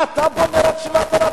מה אתה בונה רק 7,000?